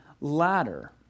ladder